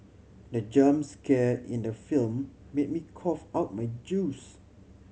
the jump scare in the film made me cough out my juice